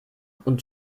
und